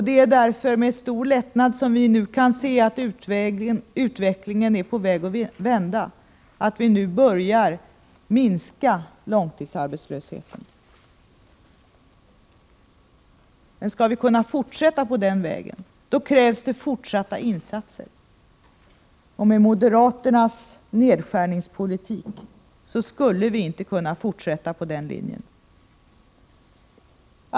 Det är därför med stor lättnad vi nu ser att utvecklingen är på väg att vända, att vi nu börjar minska långtidsarbetslösheten. Men skall vi kunna fortsätta på den vägen krävs det fortsatta insatser. Och med moderaternas nedskärningspolitik skulle vi inte kunna fortsätta på den linjen!